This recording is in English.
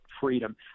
freedom